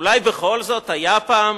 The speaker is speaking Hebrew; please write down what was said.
אולי בכל זאת היה פעם?